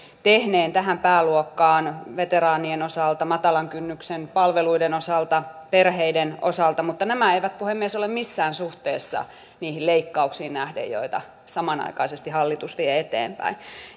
tehneen tähän pääluokkaan veteraanien osalta matalan kynnyksen palveluiden osalta perheiden osalta mutta nämä eivät puhemies ole missään suhteessa niihin leikkauksiin nähden joita samanaikaisesti hallitus vie eteenpäin